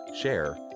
share